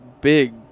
big